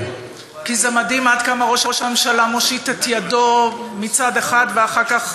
כן כי זה מדהים עד כמה ראש הממשלה מושיט את ידו מצד אחד ואחר כך